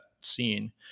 scene